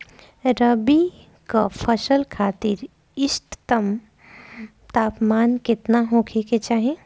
रबी क फसल खातिर इष्टतम तापमान केतना होखे के चाही?